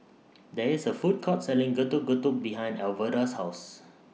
There IS A Food Court Selling Getuk Getuk behind Alverda's House